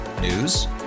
News